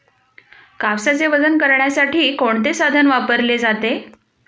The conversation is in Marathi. कापसाचे वजन करण्यासाठी कोणते साधन वापरले जाते?